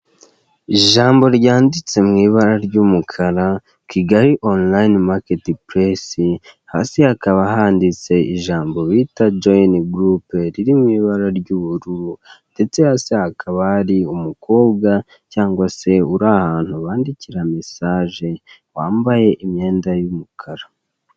Ijambo ryanditse mu ibara ry'umukara kigali onurayini maketi puresi, hasi hakaba handitse ijambo bita joyini gurupe, riri mu ibara ry'ubururu, ndetse hasi hakaba hari umukobwa cyangwa se uri ahantu bandikira mesaje, wambaye imyenda y'umukara.